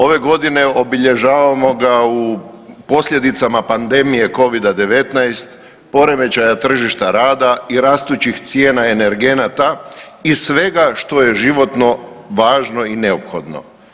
Ove godine obilježavamo ga u posljedicama pandemije Covid-19, poremećaja tržišta rada i rastućih cijena energenata i svega što je životno važno i neophodno.